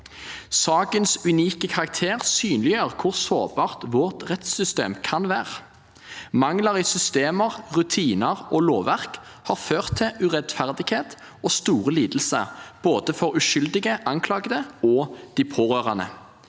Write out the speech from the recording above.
Sakens unike karakter synliggjør hvor sårbart vårt rettssystem kan være. Mangler i systemer, rutiner og lovverk har ført til urettferdighet og store lidelser, både for uskyldige, anklagede og pårørende.